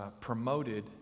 promoted